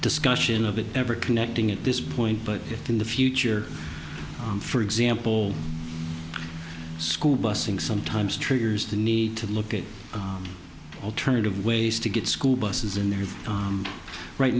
discussion of it ever connecting at this point but if in the future for example school busing sometimes triggers the need to look at alternative ways to get school buses in there right